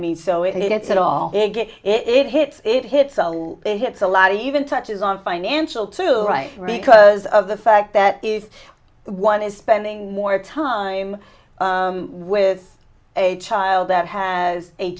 mean so if it's at all a get it hits it hits it hits a lot even touches on financial too right because of the fact that is one is spending more time with a child that has a